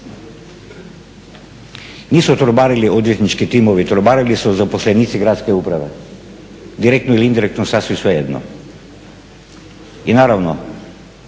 Nisu torbarili odvjetnički timovi, torbarili su zaposlenici gradske uprave. Direktno ili indirektno, sasvim svejedno. I naravno